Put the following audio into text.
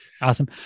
Awesome